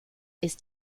ist